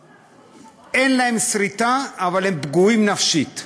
אין להן סריטה אבל הן פגועות נפשית.